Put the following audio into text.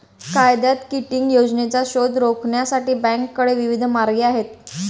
कायद्यात किटिंग योजनांचा शोध रोखण्यासाठी बँकांकडे विविध मार्ग आहेत